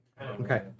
Okay